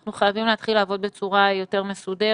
אנחנו חייבים להתחיל לעבוד בצורה יותר מסודרת.